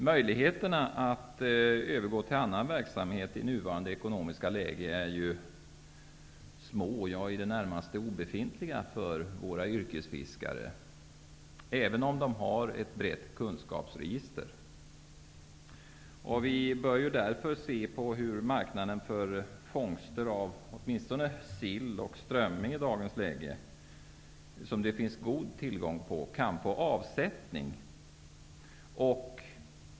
Möjligheterna för våra yrkesfiskare att övergå till annan verksamhet är i nuvarande ekonomiska läge små, närmast obefintliga, även om de har ett brett kunskapsregister. Vi bör därför se på marknaden för fångster och hur i dagens läge åtminstone sill och strömming, vilka det finns god tillgång på, kan få avsättning.